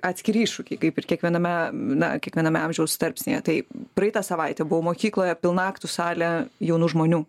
atskiri iššūkiai kaip ir kiekviename na kiekviename amžiaus tarpsnyje tai praeitą savaitę buvau mokykloje pilna aktų salė jaunų žmonių